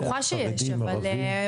חרדים, ערבים.